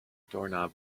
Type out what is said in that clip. doorknob